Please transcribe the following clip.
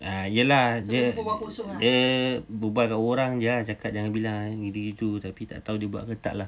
!huh! ya lah dia dia berbual kat orang jer ah cakap jangan bilang gitu-gitu tapi tak tahu dia buat ke tak lah